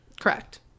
Correct